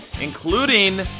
including